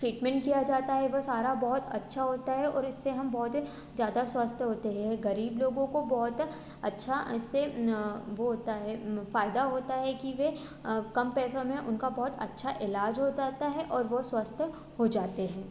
treatment किया जाता है वह सारा बहुत अच्छा होता है और इससे हम बहुत ज़्यादा स्वस्थ होते हैं ग़रीब लोगों को बहुत अच्छे से वो होता है फ़ायदा होता है कि वे कम पैसा में उनका बहुत अच्छा इलाज होता है और वो स्वस्थ हो जाते हैं